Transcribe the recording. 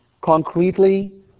concretely